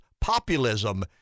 populism